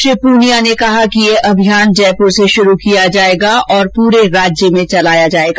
श्री पूनिया ने कहा कि यह अभियान जयपुर से शुरू किया जाएगा और पूरे राज्य में चलाया जाएगा